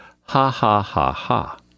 ha-ha-ha-ha